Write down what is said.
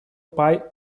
pai